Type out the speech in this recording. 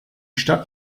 stadt